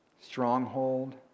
stronghold